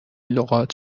لغات